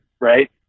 right